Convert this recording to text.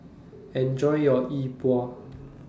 Enjoy your Yi Bua